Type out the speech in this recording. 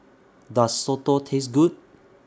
Does Soto Taste Good